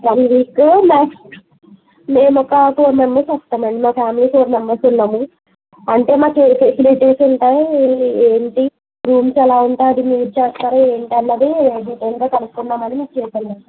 one week max మేము ఒక four members వస్తామండి మా ఫ్యామిలీ ఫోర్ మెంబర్స్ ఉన్నాము అంటే మాకు ఏ ఫెసిలిటీస్ ఉంటాయి ఏంటి రూమ్స్ ఎలా ఉంటాయి అది మీరు చేస్తారా ఏంటి అన్నది డీటెయిల్గా కనుక్కుందామని మీకు చేశానండి